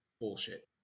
bullshit